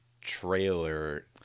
trailer